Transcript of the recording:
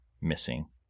missing